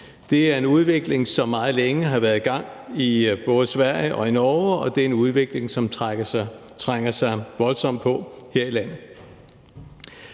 Det er en udvikling, som meget længe har været i gang i både Sverige og Norge, og det er en udvikling, som trænger sig voldsomt på her i landet.